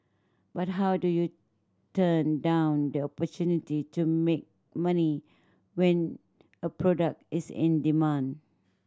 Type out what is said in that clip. but how do you turn down the opportunity to make money when a product is in demand